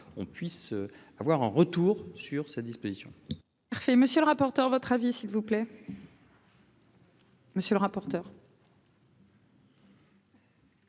on puisse avoir un retour sur sa disposition.